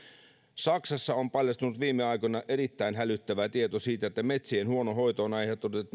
saksassa on paljastunut viime aikoina erittäin hälyttävää tietoa siitä että metsien huono hoito on aiheuttanut